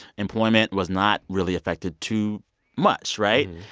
employment was not really affected too much, right?